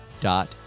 dot